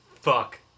fuck